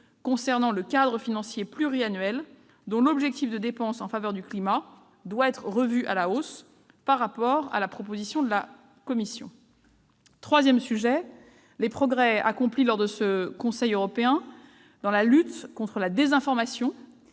concernant le cadre financier pluriannuel, dont l'objectif de dépenses en faveur du climat doit être revu à la hausse par rapport à la proposition de la Commission. Troisième sujet, les conclusions du Conseil européen font également état